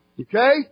Okay